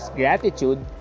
gratitude